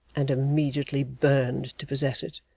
and immediately burned to possess it.